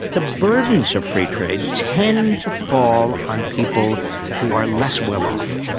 the burdens of free trade tends to fall on people who are less well off,